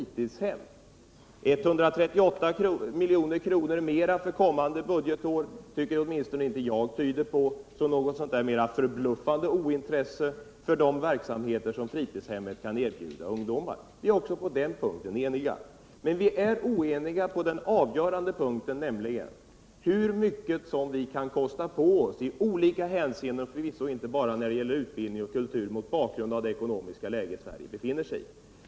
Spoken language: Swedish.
Åtminstone tycker inte jag att 138 milj.kr. mera för kommande budgetår tyder på något förbluffande ointresse för de verksamheter som fritidshemmet kan erbjuda ungdomar. Vi är också på den punkten eniga. Men vi är oeniga på den avgörande punkten, nämligen hur mycket vi kan kosta på oss i olika hänseenden, och förvisso inte bara när det gäller utbildning och kultur. mot bakgrund av det ekonomiska läge som vi befinner oss I.